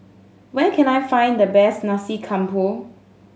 where can I find the best Nasi Campur